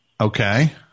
Okay